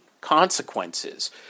consequences